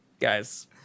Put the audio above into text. guys